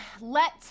Let